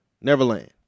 Neverland